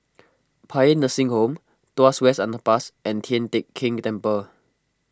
Paean Nursing Home Tuas West Underpass and Tian Teck Keng Temple